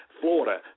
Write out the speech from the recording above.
Florida